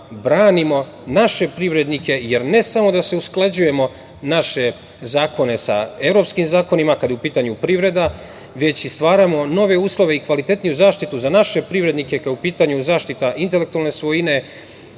branimo naše privrednike, jer ne samo da usklađujemo naše zakone sa evropskim zakonima, kada je u pitanju privreda, već i stvaramo nove uslove i kvalitetniju zaštitu za naše privrednike kad je u pitanju zaštita intelektualne svojine